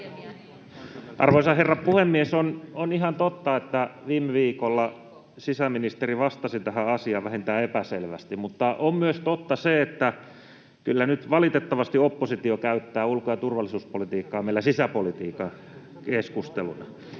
Arvoisa herra puhemies! On ihan totta, että viime viikolla sisäministeri vastasi tähän asiaan vähintään epäselvästi, mutta on totta myös se, että kyllä nyt valitettavasti oppositio käyttää ulko- ja turvallisuuspolitiikkaa meillä sisäpolitiikan keskusteluna.